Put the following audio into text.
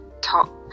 top